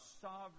sovereign